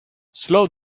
slow